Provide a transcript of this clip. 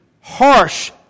harsh